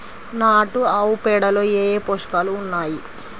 నాటు ఆవుపేడలో ఏ ఏ పోషకాలు ఉన్నాయి?